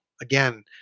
Again